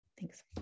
Thanks